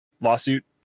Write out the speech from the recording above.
lawsuit